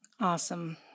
Awesome